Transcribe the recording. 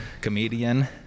comedian